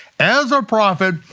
as a prophet,